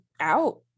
out